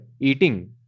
eating